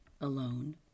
alone